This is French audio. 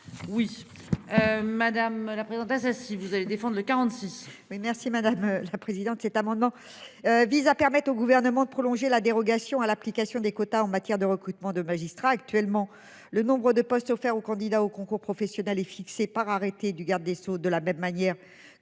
Oui. Madame la présidente. Ça si vous allez défendent le 46. Merci madame la présidente. Cet amendement. Vise à permettre au gouvernement de prolonger la dérogation à l'application des quotas en matière de recrutements de magistrats actuellement le nombre de postes offerts aux candidats au concours professionnel est fixée par arrêté du garde des Sceaux, de la même manière que